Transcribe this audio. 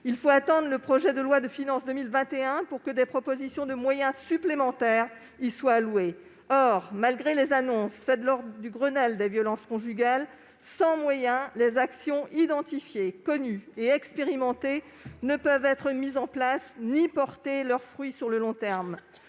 il faut attendre le projet de loi de finances pour 2021 pour que des moyens supplémentaires soient proposés. Or, malgré les annonces faites lors du Grenelle des violences conjugales, sans moyens, les actions identifiées, connues et expérimentées ne peuvent être mises en place ni porter leurs fruits sur le long terme.